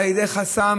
על ידי חסם,